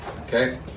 Okay